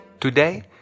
Today